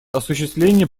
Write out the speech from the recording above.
осуществление